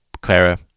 Clara